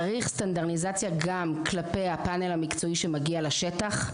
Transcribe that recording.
צריך סטנדרטיזציה גם כלפי הפנל המקצועי שמגיע לשטח,